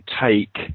take